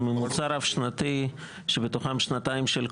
זה ממוצע רב שנתי שבתוכם שנתיים של קורונה,